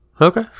Okay